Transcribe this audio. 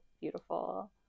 beautiful